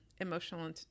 emotional